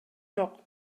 жок